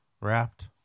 wrapped